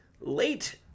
late